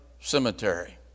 Cemetery